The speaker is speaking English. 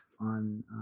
on